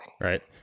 Right